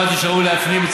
אמרתי שראוי להפנים,